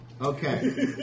Okay